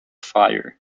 fire